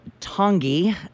Tongi